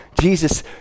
Jesus